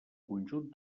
conjunt